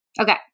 Okay